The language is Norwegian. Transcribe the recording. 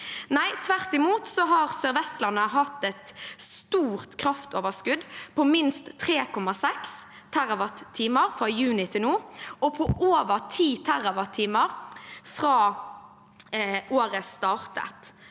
Tvert imot har Sør-Vestlandet hatt et stort kraftoverskudd på minst 3,6 TWh fra juni til nå, og på over 10 TWh fra året startet.